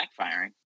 backfiring